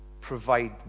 provide